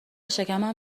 شکمم